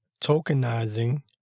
Tokenizing